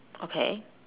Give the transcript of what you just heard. okay